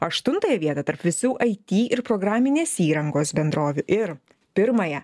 aštuntąją vietą tarp visų it ir programinės įrangos bendrovių ir pirmąją